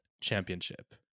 championship